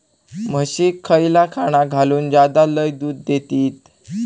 म्हशीक खयला खाणा घालू ज्याना लय दूध देतीत?